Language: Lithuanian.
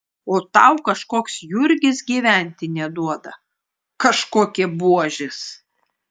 o tau kažkoks jurgis gyventi neduoda kažkokie buožės